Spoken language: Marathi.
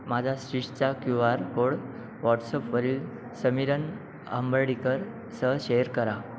माझा स्विसचा क्यू आर कोड वॉट्सअपवरील समीरन हंबर्डीकरसह शेअर करा